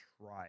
try